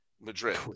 Madrid